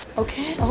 okay, oh